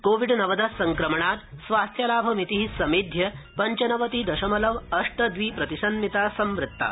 Covid नवदश संक्रमणात् स्वास्थ्य लाभ मिति समेध्य पंचनवति दशमलव अष्ट द्वि प्रतिशन्मिता संकृत्ता